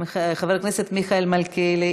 חבר הכנסת מיקי לוי,